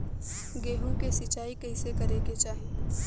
गेहूँ के सिंचाई कइसे करे के चाही?